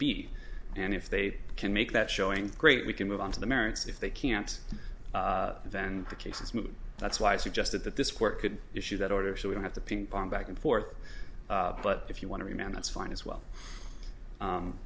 be and if they can make that showing great we can move on to the merits if they can't then the case is moot that's why i suggested that this court could issue that order so we don't have to ping pong back and forth but if you want to be a man that's fine as well